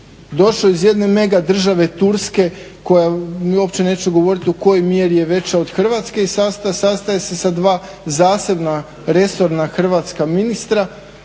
Došao je iz jedne mega države Turske koja, uopće neću govoriti u kojoj mjeri je veća od Hrvatske i sastaje se sa dva zasebna resorna hrvatska ministra